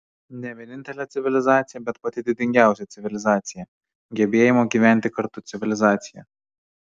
ne vienintelė civilizacija bet pati didingiausia civilizacija gebėjimo gyventi kartu civilizacija